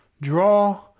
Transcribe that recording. Draw